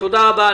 תודה רבה.